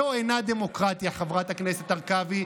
זו אינה דמוקרטיה, חברת הכנסת הרכבי.